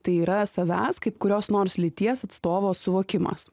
tai yra savęs kaip kurios nors lyties atstovo suvokimas